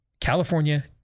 California